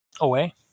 away